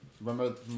Remember